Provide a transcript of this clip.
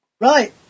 Right